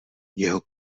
jeho